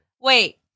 wait